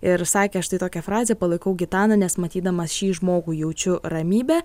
ir sakė štai tokią frazę palaikau gitaną nes matydamas šį žmogų jaučiu ramybę